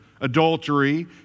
adultery